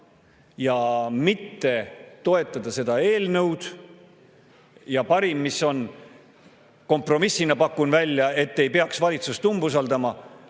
ja mitte toetada seda eelnõu. Ja parim, mis on, kompromissina pakun välja, et ei peaks valitsust umbusaldama,